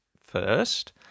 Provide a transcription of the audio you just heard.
first